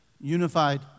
unified